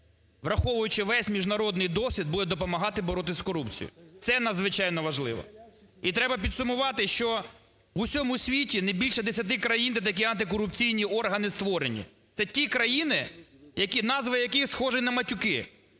враховуючи весь міжнародний досвід, буде допомагати боротись з корупцією. Це надзвичайно важливо. І треба підсумувати, що в усьому світі не більше 10 країн, де такі антикорупційні органи створені. Це ті країни, назви яких схожі на матюки,